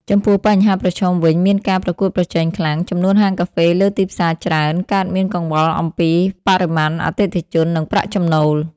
ចំពោះបញ្ហាប្រឈមវិញមានការប្រកួតប្រជែងខ្លាំង ចំនួនហាងកាហ្វេលើទីផ្សារច្រើន កើតមានកង្វល់អំពីបរិមាណអតិថិជន និងប្រាក់ចំណូល។